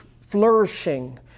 flourishing